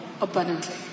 abundantly